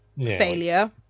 Failure